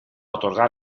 atorgar